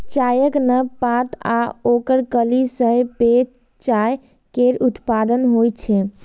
चायक नव पात आ ओकर कली सं पेय चाय केर उत्पादन होइ छै